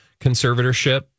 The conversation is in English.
conservatorship